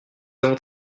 avons